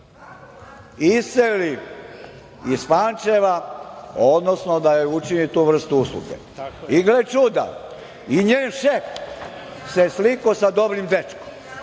iseli iz Pančeva, odnosno da joj učini tu vrstu usluge. Gle čuda, njen šef se slikao sa dobrim dečkom.